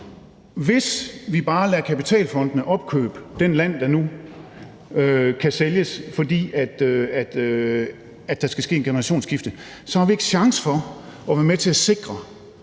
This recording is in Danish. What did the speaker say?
Hvis vi bare lader kapitalfondene opkøbe den jord, der nu kan sælges, fordi der skal ske et generationsskifte, har vi ikke chance for at være med til at sikre,